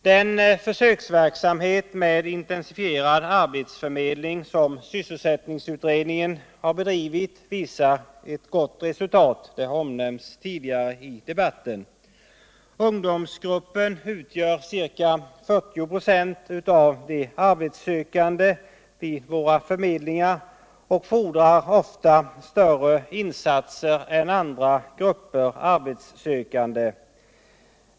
Den försöksverksamhet med intensifierad arbetsförmedling som sysselsättningsutredningen har bedrivit visar ett gott resultat. Det har omnämnts tidigare i debatten. Ungdomsgruppen utgör ca 40 23 av de arbetssökande vid våra förmedlingar och fordrar oftast större insatser än andra grupper arbetssökande.